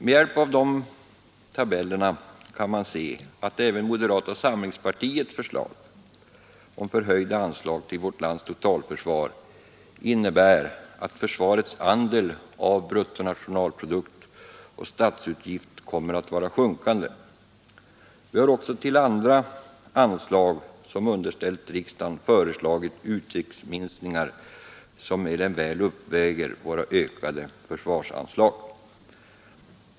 Med hjälp av tabellerna kan man se att även moderata samlingspartiets förslag om förhöjda anslag till vårt lands totalförsvar innebär att försvarets andel av bruttonationalprodukt och statsutgifter kommer att vara sjunkande. Vi har också till andra anslag som underställts riksdagen föreslagit utgiftsminskningar som mer än väl uppväger våra ökade försvarsanslag.